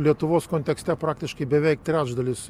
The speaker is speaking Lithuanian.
lietuvos kontekste praktiškai beveik trečdalis